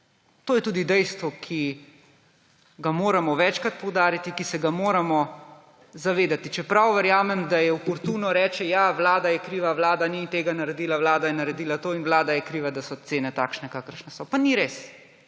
To je tudi dejstvo, ki ga moramo večkrat poudariti, ki se ga moramo zavedati, čeprav verjamem, da je oportuno reči, ja, vlada je kriva, vlada ni tega naredila, vlada je naredila to in vlada je kriva, da so cene takšne, kakršne so. Pa ni res